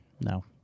No